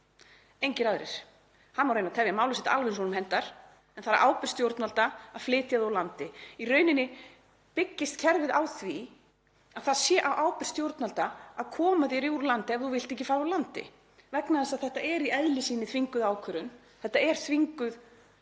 engir aðrir. Hann má reyna að tefja málið ef honum hentar en það er á ábyrgð stjórnvalda að flytja hann úr landi. Í rauninni byggist kerfið á því að það sé á ábyrgð stjórnvalda að koma þér úr landi ef þú vilt ekki fara úr landi vegna þess að þetta er í eðli sínu þvinguð ákvörðun og þvingaður